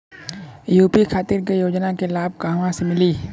UP खातिर के योजना के लाभ कहवा से मिली?